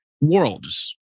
worlds